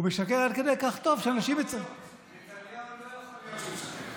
הוא משקר עד כדי כך טוב שאנשים, לא יכול להיות.